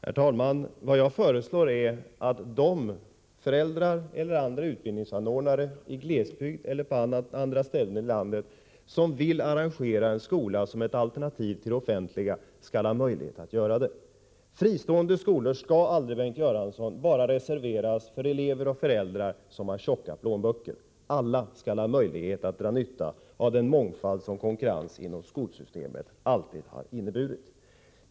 Herr talman! Vad jag föreslår är att de föräldrar eller andra utbildningsanordnare i glesbygd eller på andra ställen i landet som vill arrangera en skola som ett alternativ till den offentliga skall ha möjlighet att göra det. Fristående skolor skall aldrig, Bengt Göransson, reserveras för elever och föräldrar som har tjocka plånböcker. Alla skall ha möjlighet att dra nytta av den mångfald som konkurrens inom skolsystemet alltid har inneburit.